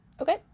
Okay